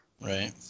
right